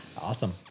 Awesome